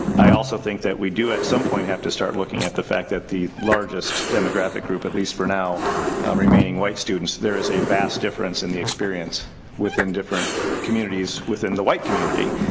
i also think that we do, at some point, have to start looking at the fact that the largest demographic group, at least for now, are remaining white students. there is a vast difference in the experience within different communities within the white community.